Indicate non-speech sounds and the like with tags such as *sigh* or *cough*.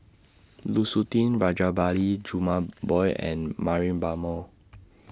Lu Suitin Rajabali Jumabhoy and Mariam Baharom *noise*